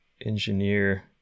engineer